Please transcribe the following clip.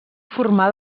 formar